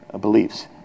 beliefs